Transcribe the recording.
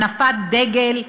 הנפת דגל,